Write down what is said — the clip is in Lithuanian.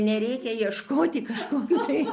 nereikia ieškoti kažkokių tai